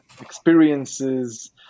experiences